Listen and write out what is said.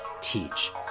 teach